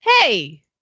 Hey